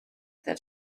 that